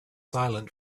silent